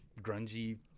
Grungy